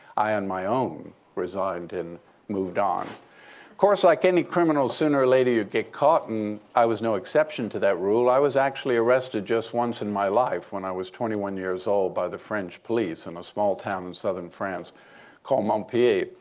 i on my own resigned and moved on. of course, like any criminal, sooner or later, you get caught. and i was no exception to that rule. i was actually arrested just once in my life when i was twenty one years old by the french police in a small town in southern france called montpellier.